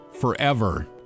forever